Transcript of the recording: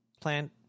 plant